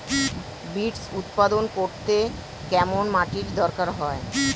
Beets উৎপাদন করতে কেরম মাটির দরকার হয়?